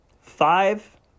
five